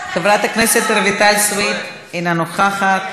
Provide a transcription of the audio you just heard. חברת הכנסת רויטל סויד, אינה נוכחת.